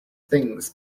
things